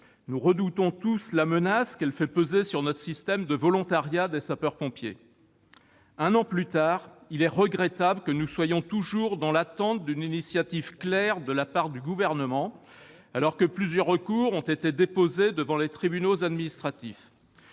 nous redoutons tous la menace qu'il fait peser sur notre système de volontariat des sapeurs-pompiers. Un an plus tard, il est regrettable que nous soyons toujours dans l'attente d'une initiative claire de la part du Gouvernement, alors que plusieurs recours ont été déposés devant les tribunaux administratifs.